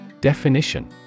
Definition